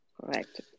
correct